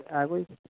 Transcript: ते ऐ कोई